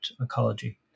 ecology